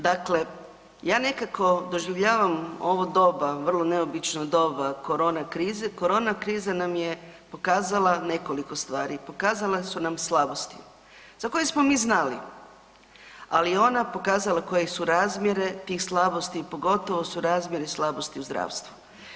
Dakle, ja nekako doživljavam ovo doba, vrlo neobično doba korona krize, korona kriza nam je pokazala nekoliko stvari, pokazale su nam slabosti za koje smo mi znali, ali ona je pokazala koji su razmjere tih slabosti i pogotovo su razmjeri slabosti u zdravstvu.